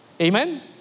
Amen